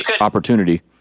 opportunity